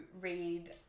read